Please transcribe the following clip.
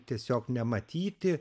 tiesiog nematyti